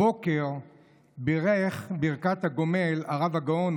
הבוקר בירך ברכת הגומל הרב הגאון,